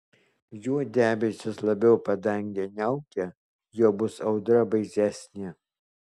juo debesys labiau padangę niaukia juo bus audra baisesnė